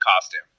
costume